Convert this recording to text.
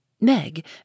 Meg